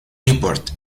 newport